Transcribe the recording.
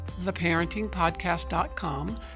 theparentingpodcast.com